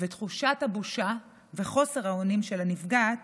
ותחושת הבושה וחוסר האונים של הנפגעת